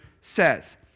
says